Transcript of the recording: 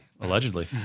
allegedly